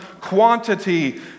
quantity